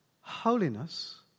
holiness